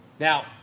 Now